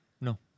No